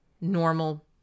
normal